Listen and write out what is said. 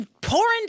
pouring